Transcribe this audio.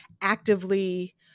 actively